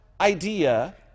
idea